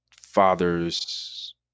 father's